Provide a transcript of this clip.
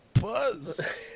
Buzz